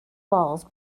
walls